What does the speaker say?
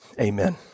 Amen